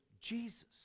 Jesus